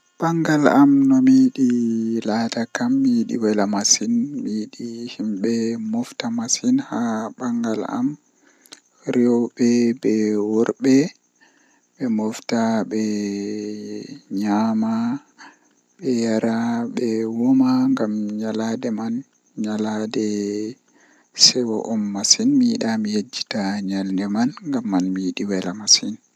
Ndikkinami mi nodda goddo mi wolda e maako dow mi yerba patakewol, Ngam tomi yerbi patakewol do mi wala tabitinaare dow o laari malla o laarai malla o naftiran malla o naftirta be mai, Amma tomin woldi e maako mi yecca mo haaje am mi nana haaje maako min dara min darna haala gotel ha dow komin yidi.